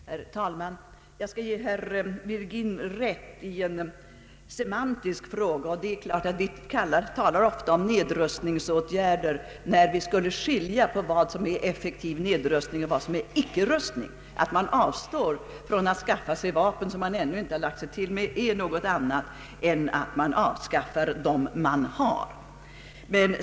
Herr talman! Jag skall ge herr Virgin rätt i en semantisk fråga. Det är klart att vi ofta talar om nedrustningsåtgärder när vi rätteligen borde skilja mellan effektiv ned-rustning och ickerustning. Att man avstår från att skaffa sig vapen som man ännu inte lagt sig till med är något annat än att avskaffa dem man har.